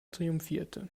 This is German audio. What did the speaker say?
triumphierte